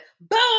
Boom